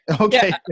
okay